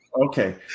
Okay